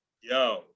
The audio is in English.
yo